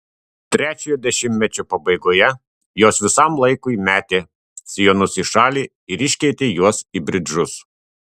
trečiojo dešimtmečio pabaigoje jos visam laikui metė sijonus į šalį ir iškeitė juos į bridžus